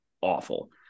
awful